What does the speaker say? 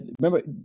remember